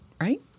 right